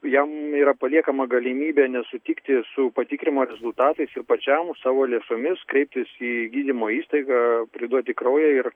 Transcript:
jam yra paliekama galimybė nesutikti su patikrinimo rezultatais ir pačiam savo lėšomis kreiptis į gydymo įstaigą priduoti kraują ir